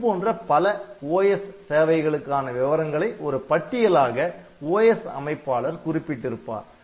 இதுபோன்ற பல OS சேவைகளுக்கான விவரங்களை ஒரு பட்டியலாக OS அமைப்பாளர் குறிப்பிட்டிருப்பார்